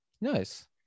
Nice